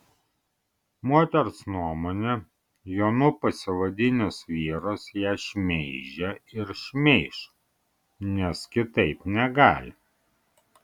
moters nuomone jonu pasivadinęs vyras ją šmeižė ir šmeiš nes kitaip negali